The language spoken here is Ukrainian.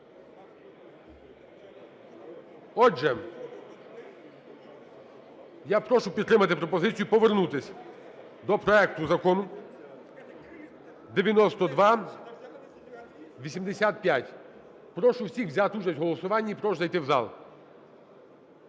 Отже, я прошу підтримати пропозицію: повернутись до проекту закону 9285. Прошу всіх взяти участь у голосуванні і прошу зайти в зал.